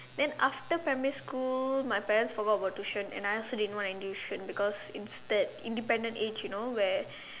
then after primary school my parents forgot about tuition and I also didn't want any tuition because instead independent age you know where